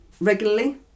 regularly